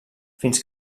fins